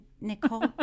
Nicole